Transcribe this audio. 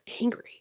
angry